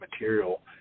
material